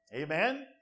Amen